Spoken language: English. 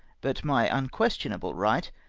but my unquestionable right,